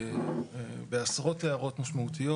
בעשרות הערות משמעותיות.